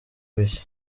bishya